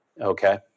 Okay